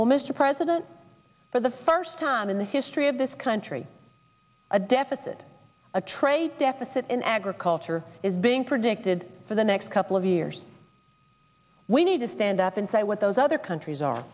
well mr president for the first time in the history of this country a deficit a trade deficit in agriculture is being predicted for the next couple of years we need to stand up and say what those other countries are